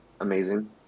amazing